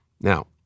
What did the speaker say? Now